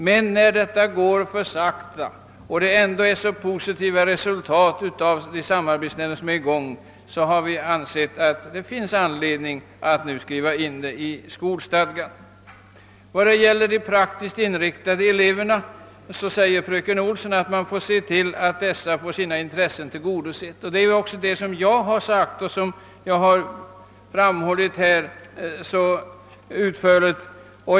Men när det hela går mycket långsamt och när de samarbetsnämnder som är i gång ändå har uppnått mycket positiva resultat har vi ansett att det finns anledning att skriva in bestämmelser härom i skolstadgan. Vad beträffar de praktiskt inriktade eleverna säger fröken Olsson att man måste se till att dessa får sina intressen tillgodosedda. Även jag har framhållit detta och behandlat det mycket utförligt.